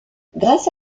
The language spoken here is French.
grâce